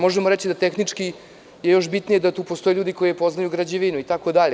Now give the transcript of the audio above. Možemo reći da tehnički je još bitnije da tu postoje ljudi koji poznaju građevinu itd.